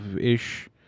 ish